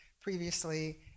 previously